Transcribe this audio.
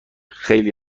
خیلی